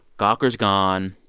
gawker's gone.